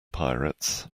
pirates